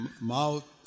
mouth